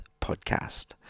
podcast